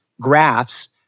graphs